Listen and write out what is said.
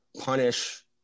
punish